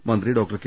മന്ത്രി doctor K